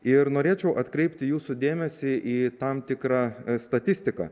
ir norėčiau atkreipti jūsų dėmesį į tam tikrą statistiką